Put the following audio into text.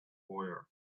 lawyer